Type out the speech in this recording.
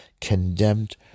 condemned